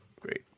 great